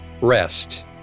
rest